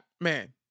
man